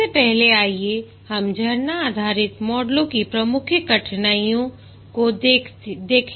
सबसे पहले आइए हम झरना आधारित मॉडलों की प्रमुख कठिनाइयों को देखें